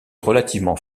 relativement